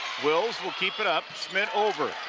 wills will keep it up, schmitt over,